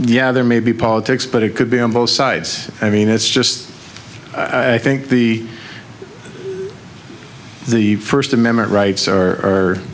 yeah there may be politics but it could be on both sides i mean it's just i think the the first amendment rights